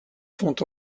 font